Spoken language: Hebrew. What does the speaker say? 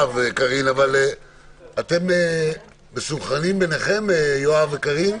אתם מסונכרנים ביניכם, יואב וקארין?